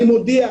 אני מודיע: